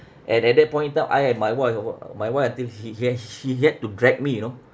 and at that point in time I and my wife orh my wife I think he has she had to drag me you know